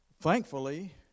thankfully